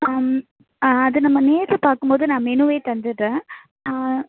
அது நம்ம நேரில் பார்க்கும்போது நான் மெனுவே தந்துடுறேன்